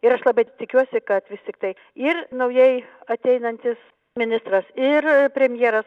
ir aš labai tikiuosi kad vis tik tai ir naujai ateinantis ministras ir premjeras